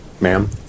ma'am